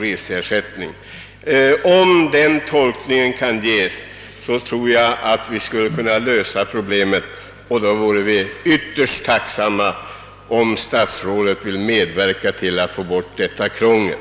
Jag tror att om bestämmelserna kunde tolkas så, skulle vi kunna lösa problemet. Vi vore ytterst tacksamma om statsrådet ville medverka till att få bort detta krångel.